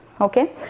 Okay